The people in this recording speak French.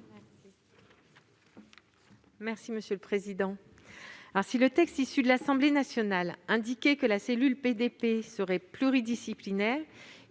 de la commission ? Si le texte issu de l'Assemblée nationale indique que la cellule PDP est pluridisciplinaire,